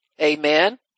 Amen